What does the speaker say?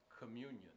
communion